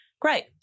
Great